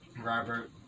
Robert